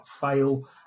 fail